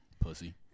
Pussy